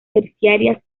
terciarias